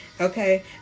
Okay